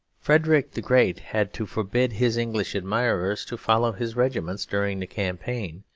frederick the great had to forbid his english admirers to follow his regiments during the campaign,